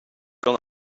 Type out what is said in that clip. kan